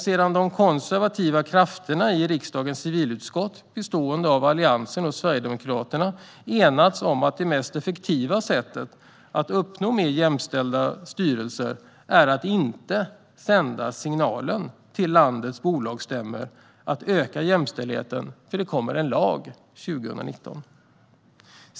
Men de konservativa krafterna i riksdagens civilutskott, bestående av Alliansen och Sverigedemokraterna, har enats om att det mest effektiva sättet att uppnå mer jämställda styrelser är att inte sända signalen till landets bolagsstämmor om att öka jämställdheten eftersom det kommer en lag 2019.